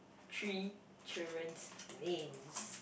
three children's names